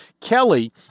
Kelly